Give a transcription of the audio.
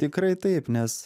tikrai taip nes